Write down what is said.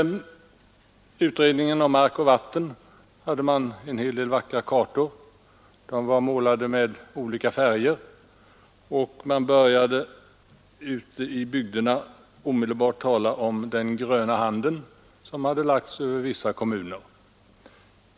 I betänkandet Hushållning med mark och vatten ingick en hel del vackra kartor i skilda färger, och man började ute i bygderna omedelbart tala om att ”den gröna handen” hade lagts över vissa kommuner.